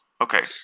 Okay